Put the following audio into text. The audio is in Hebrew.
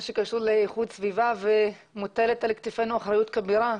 שקשור לאיכות סביבה ומוטלת על כתפינו אחריות כבירה,